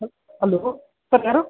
hello sir ಯಾರು